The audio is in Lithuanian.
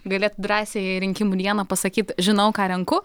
galėtų drąsiai rinkimų dieną pasakyti žinau ką renku